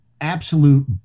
absolute